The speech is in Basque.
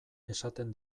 esaten